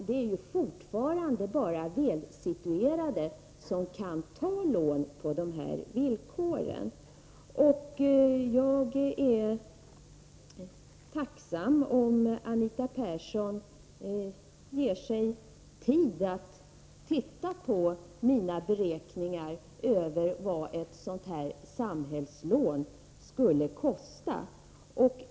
Det är fortfarande bara välsituerade som kan ta lån på sådana villkor. Jag är tacksam om Anita Persson ger sig tid att titta på mina beräkningar över vad ett sådant här samhällslån skulle kosta.